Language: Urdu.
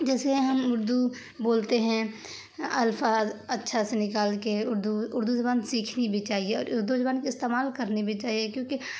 جیسے ہم اردو بولتے ہیں الفاظ اچھا سے نکال کے اردو اردو زبان سیکھنی بھی چاہیے اور اردو زبان کے استعمال کرنی بھی چاہیے کیونکہ